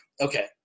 okay